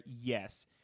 yes